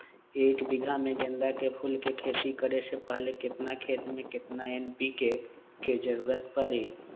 एक बीघा में गेंदा फूल के खेती करे से पहले केतना खेत में केतना एन.पी.के के जरूरत परी?